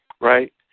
right